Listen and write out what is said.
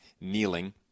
kneeling